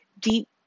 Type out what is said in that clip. deep